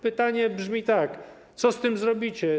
Pytanie brzmi tak: Co z tym zrobicie?